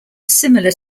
similar